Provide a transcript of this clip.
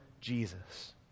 Jesus